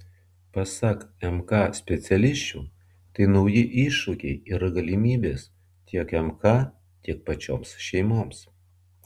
pasak mk specialisčių tai nauji iššūkiai ir galimybės tiek mk tiek pačioms šeimoms